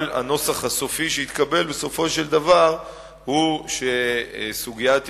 אבל הנוסח הסופי שהתקבל בסופו של דבר הוא שסוגיית ירושלים,